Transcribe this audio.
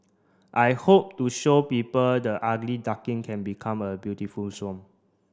I hope to show people the ugly duckling can become a beautiful swan